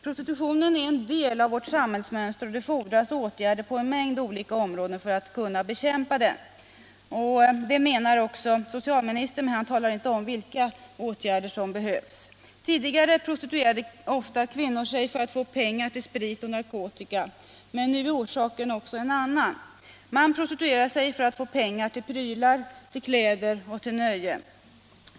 Prostitutionen är en del av vårt samhällsmönster, och det fordras åtgärder på en mängd olika områden för att kunna bekämpa den. Detta menar också socialministern, men han säger inte vilka åtgärder som behövs. Tidigare var det ofta så att kvinnor prostituerade sig för att få pengar till sprit och narkotika. Men nu är orsakerna också andra. Man prostituerar sig för att få pengar till prylar, till kläder och till nöjen.